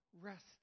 rest